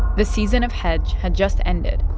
the season of hajj had just ended,